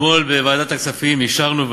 אתמול בוועדת הכספים אישרנו,